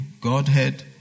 Godhead